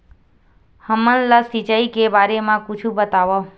हमन ला सिंचाई के बारे मा कुछु बतावव?